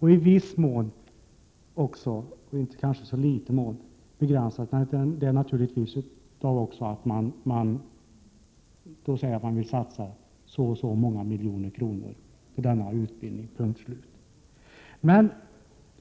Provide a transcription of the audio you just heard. I viss mån — och inte så liten mån — begränsar man naturligtvis också genom att man säger att man satsar så och så många miljoner på denna utbildning, punkt och slut.